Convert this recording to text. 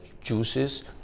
juices